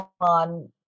on